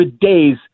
days